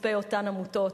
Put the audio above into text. מכספי אותן עמותות,